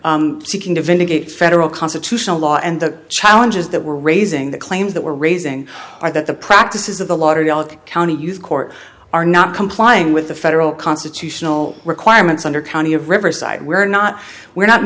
are seeking to vindicate federal constitutional law and the challenges that we're raising the claims that we're raising are that the practices of the lauderdale county youth court are not complying with the federal constitutional requirements under county of riverside we're not we're not